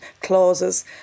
clauses